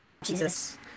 Jesus